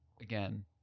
again